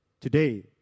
today